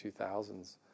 2000s